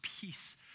peace